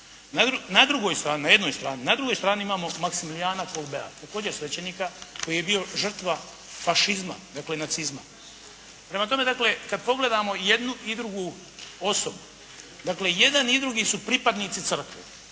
Na drugoj strani, na jednoj strani. Na drugoj strani imamo Maksimilijana Kolbea, također svećenika koji je bio žrtva fašizma, dakle nacizma. Prema tome dakle, kada pogledamo i jednu i drugu osobu, dakle i jedan i drugi su pripadnici crkve.